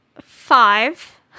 five